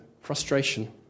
frustration